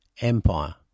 Empire